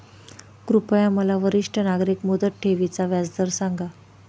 कृपया मला वरिष्ठ नागरिक मुदत ठेवी चा व्याजदर सांगा